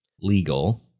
legal